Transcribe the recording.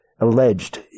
alleged